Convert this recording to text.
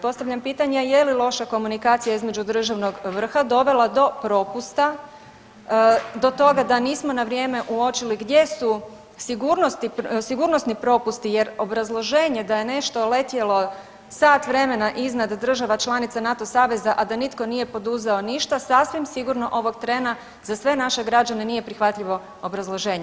Postavljam pitanje je li loša komunikacija između državnog vrha dovela do propusta, do toga da nismo na vrijeme uočili gdje su sigurnosni propusti jer obrazloženje da je nešto letjelo sat vremena iznad država članica NATO saveza, a da nitko nije poduzeo ništa sasvim sigurno ovog trena za sve naše građane nije prihvatljivo obrazloženje.